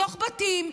מתוך בתים,